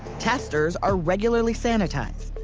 testers are regularly sanitized.